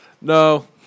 No